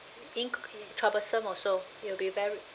ink~ troublesome also you will be very